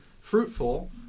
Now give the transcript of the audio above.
fruitful